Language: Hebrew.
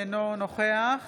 אינו נוכח